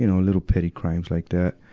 you know, little petty crimes like that.